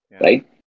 right